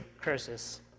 curses